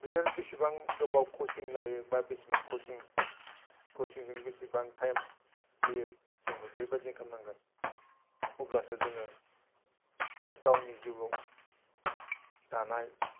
बिसोरो बेसेबां गोबाव कचिं लायो बा बेसेबां कचिं कचिंजों बेसेबां टाइम होयो जोंबो बेबादिनो खालामनांगोन अब्लासो जोङो गावनि जिउआव दानाय